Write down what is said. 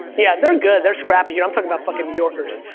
yeah, they're good, they're scrappy here, i'm talking about fucking new yorkers.